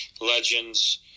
legends